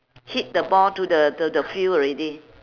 hit the ball to the to the field already